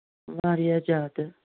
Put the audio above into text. واریاہ زیادٕ